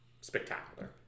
spectacular